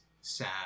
sad